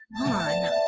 on